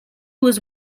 was